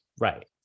Right